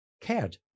cared